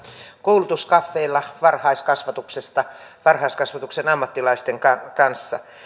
koulutuskaffeella varhaiskasvatuksesta varhaiskasvatuksen ammattilaisten kanssa